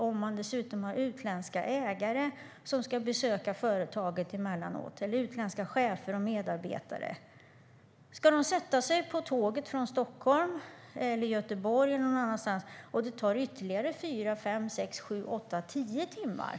Om man dessutom har utländska ägare eller utländska chefer och medarbetare som ska besöka företaget emellanåt, ska de sätta sig på tåget från Stockholm, Göteborg eller någon annanstans? Det tar ytterligare fyra, sex, åtta, tio timmar.